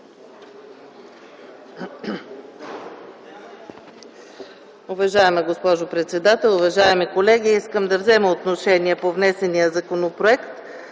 Уважаема госпожо председател, уважаеми колеги! Искам да взема отношение по внесения законопроект